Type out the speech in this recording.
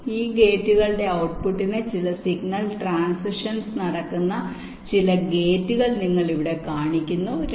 അതിനാൽ ഈ ഗേറ്റുകളുടെ ഔട്ട്പുട്ടിന് ചില സിഗ്നൽ ട്രാന്സിഷൻസ് നടക്കുന്ന ചില ഗേറ്റുകൾ നിങ്ങൾ ഇവിടെ കാണിക്കുന്നു